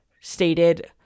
stated